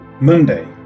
monday